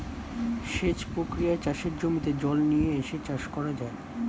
সেচ প্রক্রিয়ায় চাষের জমিতে জল নিয়ে এসে চাষ করা যায়